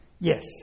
Yes